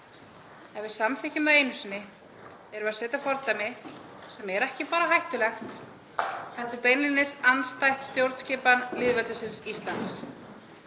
Ef við samþykkjum það einu sinni erum við að setja fordæmi sem er ekki bara hættulegt heldur beinlínis andstætt stjórnskipan lýðveldisins Íslands,